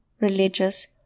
religious